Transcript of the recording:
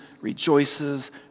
rejoices